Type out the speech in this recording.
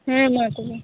ᱦᱮᱸ ᱢᱟ ᱛᱚᱵᱮ